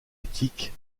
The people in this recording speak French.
éthique